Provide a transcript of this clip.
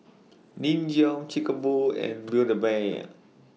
Nin Jiom Chic A Boo and Build A Bear